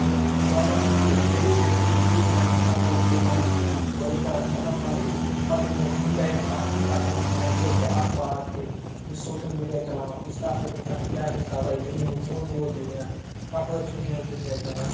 تہٕ بہٕ ہسا چھُس یہِ ڈیلی بیس پٮ۪ٹھ یوٗز کران تَمہِ ساتہٕ گۄڈٕ چھُس بہٕ پَنٕنۍ ؤرٕک کران ختم پَنٕںۍ پتہٕ ییٚلہِ مےٚ فرٛی ٹایِم چھِ آسان تَتھ منٛز چھُ مےٚ یہِ تہِ اَکھ پارٹ کہ بہٕ چھُس سوشَل میٖڈِیا چلاوان بہٕ چھُس تَتھ پٮ۪ٹھ وٕچھان کیٛاہ حسابَہ چھِ دُنہیُک کوٚت ووت دُنیا کَپٲرۍ چھِ وٕنۍکٮ۪نَس دُنیا چلان